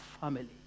family